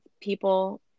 people